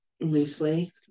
loosely